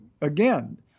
again